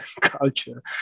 culture